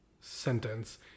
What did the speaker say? sentence